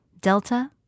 Delta